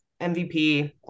MVP